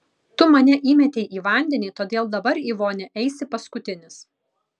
tu mane įmetei į vandenį todėl dabar į vonią eisi paskutinis